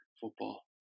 football